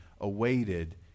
awaited